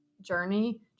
journey